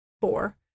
four